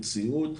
סיעוד.